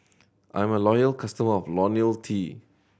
I'm a loyal customer of Ionil T